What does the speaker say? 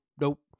nope